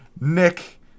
Nick